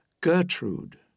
*Gertrude*